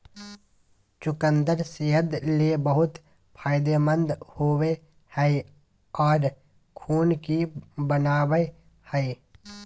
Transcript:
चुकंदर सेहत ले बहुत फायदेमंद होवो हय आर खून भी बनावय हय